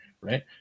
right